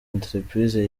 entreprise